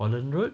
holland road